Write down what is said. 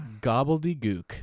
Gobbledygook